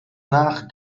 nach